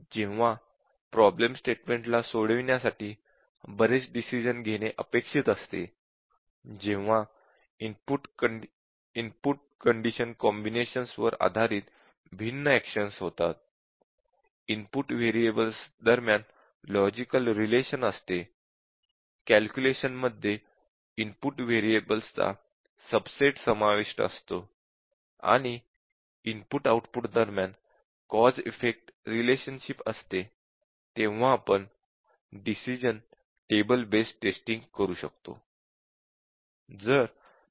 जेव्हा प्रॉब्लेम स्टेटमेंटला सोडविण्यासाठी बरेच डिसिश़न घेणे अपेक्षित असते जेव्हा इनपुट कंडिशन कॉम्बिनेशन्स वर आधारित भिन्न एक्शन होतात इनपुट व्हेरिएबल्स दरम्यान लॉजिकल रीलेशन असते कॅलक्युलेशन मध्ये इनपुट व्हेरिएबल्सचा सबसेट समाविष्ट असतो आणि इनपुट आउटपुट दरम्यान कॉझ इफेक्ट रीलेशनशिप असते तेव्हा आपण डिसिश़न टेबल बेस्ड टेस्टिंग करू शकतो